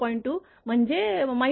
2 म्हणजे 1